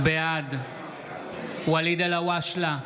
בעד ואליד אלהואשלה,